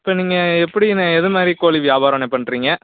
இப்போ நீங்கள் எப்படிண்ணே எது மாதிரி கோழி வியாபாரண்ணே பண்ணுறிங்க